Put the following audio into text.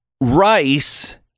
rice